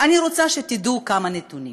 אני רוצה שתדעו כמה נתונים: